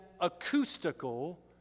acoustical